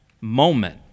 moment